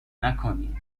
نکنین